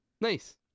Nice